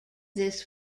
this